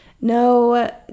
no